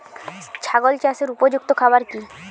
ছাগল চাষের উপযুক্ত খাবার কি কি?